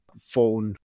phone